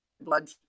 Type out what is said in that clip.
blood